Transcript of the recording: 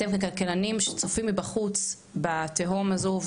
אתם ככלכלנים שצופים מבחוץ בתהום הזו,